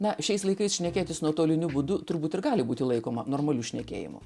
na šiais laikais šnekėtis nuotoliniu būdu turbūt ir gali būti laikoma normaliu šnekėjimu